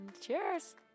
cheers